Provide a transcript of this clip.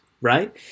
right